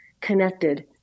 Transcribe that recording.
connected